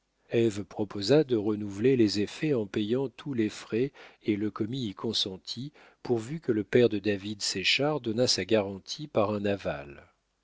proposa de renouveler les effets en payant tous les frais et le commis y consentit pourvu que le père de david séchard donnât sa garantie par un aval